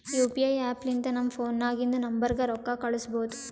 you P I app ಲಿಂತ ನಮ್ ಫೋನ್ನಾಗಿಂದ ನಂಬರ್ಗ ರೊಕ್ಕಾ ಕಳುಸ್ಬೋದ್